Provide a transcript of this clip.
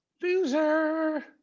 Loser